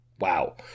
Wow